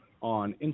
on